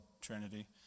Trinity